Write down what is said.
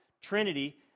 Trinity